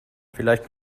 vielleicht